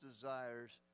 desires